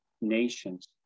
nations